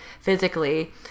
physically